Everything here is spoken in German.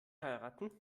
heiraten